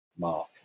Mark